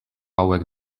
hauek